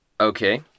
Okay